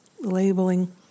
labeling